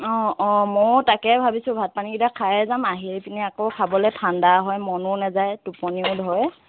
অ অ মইও তাকে ভাবিছোঁ ভাত পানীকেইটা খায়েই যাম আহি পিনে আকৌ খাবলৈ ঠাণ্ডা হয় মনো নাযায় টুপনিও ধৰে